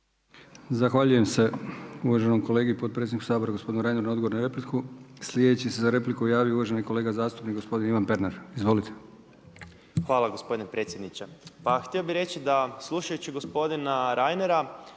Zahvaljujem se uvaženom kolegi potpredsjedniku Sabora, gospodinu Reineru na odgovoru na repliku. Sljedeći se za repliku javio uvaženi kolega zastupnik gospodin Ivan Pernar. Izvolite. **Pernar, Ivan (Abeceda)** Hvala gospodine potpredsjedniče. Pa htio bih reći da slušajući gospodina Reinera